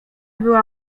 była